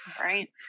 Right